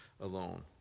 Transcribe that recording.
alone